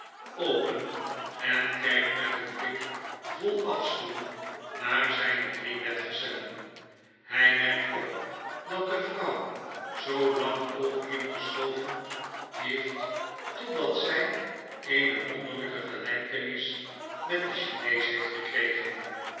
open en kijkt met een blik vol afschuw naar zpe drie metgezellen hy merkt op dat de vrouw zoolang opium geschoven heeft totdat zy eene wonderlpe gelpenis met den chinees heeft gekregen